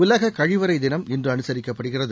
உலக கழிவறை தினம் இன்று அனுசரிக்கப்படுகிறது